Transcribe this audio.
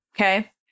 okay